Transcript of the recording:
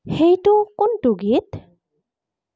সেইটো কোনটো গীত